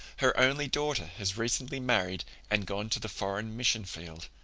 her only daughter has recently married and gone to the foreign mission field.